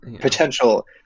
potential